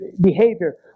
behavior